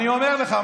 אני אומר לך.